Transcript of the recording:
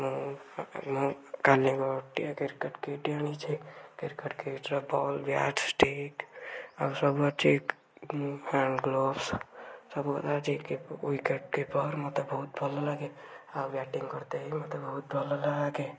ମୁଁ ମୁଁ କାଲି ଗୋଟିଏ କ୍ରିକେଟ କିଟ୍ ଆଣିଛି କ୍ରିକେଟ କିଟ୍ର ବଲ୍ ବ୍ୟାଟ୍ ଷ୍ଟିକ୍ ଆଉ ସବୁ ଅଛି ମୁଁ ହ୍ୟାଣ୍ଡ ଗ୍ଳୋବ୍ସ ସବୁ ଗୁଡ଼ା ଅଛି ମୁଁ ୱିକେଟ୍ କିପର ମୋତେ ବହୁତ ଲାଗେ ଆଉ ବ୍ୟାଟିଂ କରିତେ ବି ମୋତେ ବହୁତ ଭଲ ଲାଗେ